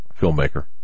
filmmaker